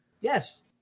Yes